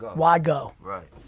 why go? right?